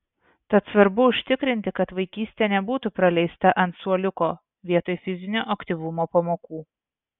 tad svarbu užtikrinti kad vaikystė nebūtų praleista ant suoliuko vietoj fizinio aktyvumo pamokų